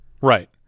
right